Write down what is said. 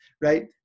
right